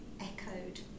echoed